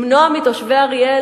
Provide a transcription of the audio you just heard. למנוע מתושבי אריאל